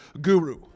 guru